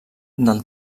del